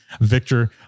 Victor